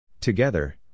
Together